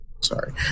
Sorry